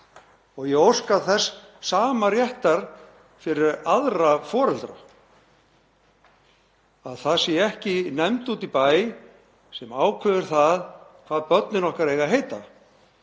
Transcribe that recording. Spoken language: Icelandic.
Ég óska þess sama réttar fyrir aðra foreldra, að það sé ekki nefnd úti í bæ sem ákveður hvað börnin okkar eiga að heita